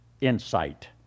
Insight